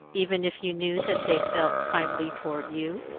even if you knew that they felt kindly toward you?